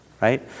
right